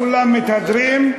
כולם מתהדרים,